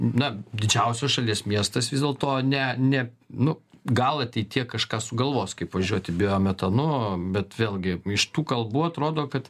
na didžiausios šalies miestas vis dėlto ne ne nu gal ateityje kažką sugalvos kaip važiuoti bio metanu bet vėlgi iš tų kalbų atrodo kad